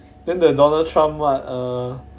then the donald trump what err